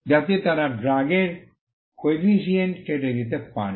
যাতে তারা ড্রাগের কোইফিসিয়েন্ট কেটে দিতে পারে